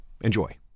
Enjoy